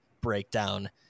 breakdown